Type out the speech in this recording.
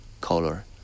color